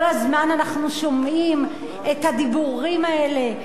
כל הזמן אנחנו שומעים את הדיבורים האלה,